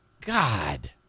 God